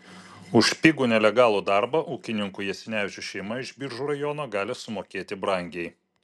už pigų nelegalų darbą ūkininkų jasinevičių šeima iš biržų rajono gali sumokėti brangiai